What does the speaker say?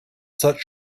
such